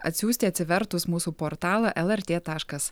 atsiųsti atsivertus mūsų portalą lrt taškas